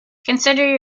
consider